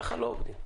ככה לא עובדים.